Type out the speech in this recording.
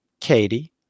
katie